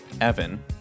evan